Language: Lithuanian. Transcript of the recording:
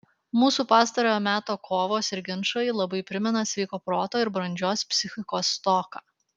mūsų pastarojo meto kovos ir ginčai labai primena sveiko proto ir brandžios psichikos stoką